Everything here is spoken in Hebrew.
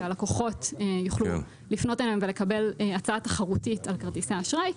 שהלקוחות יוכלו לפנות אליהן ולקבל הצעה תחרותית על כרטיסי אשראי,